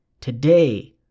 Today